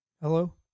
Hello